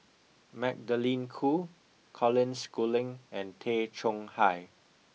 Magdalene Khoo Colin Schooling and Tay Chong Hai